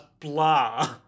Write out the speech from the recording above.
blah